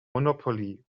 monopoly